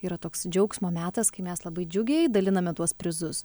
yra toks džiaugsmo metas kai mes labai džiugiai daliname tuos prizus